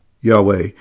Yahweh